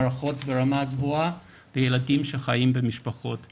מערכות ברמה גבוהה לילדים שחיים במשפחות עניות,